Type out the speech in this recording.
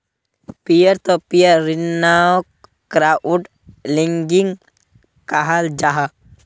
पियर तो पियर ऋन्नोक crowd lending कहाल जाहा